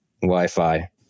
Wi-Fi